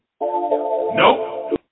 Nope